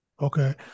Okay